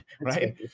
Right